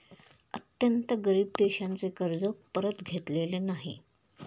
अत्यंत गरीब देशांचे कर्ज परत घेतलेले नाही